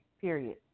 period